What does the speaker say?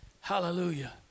Hallelujah